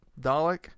Dalek